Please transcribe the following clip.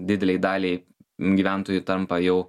didelei daliai gyventojų tampa jau